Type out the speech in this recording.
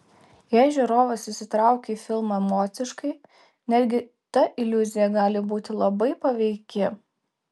jei žiūrovas įsitraukia į filmą emociškai netgi ta iliuzija gali būti labai paveiki